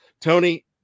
Tony